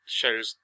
shows